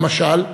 למשל,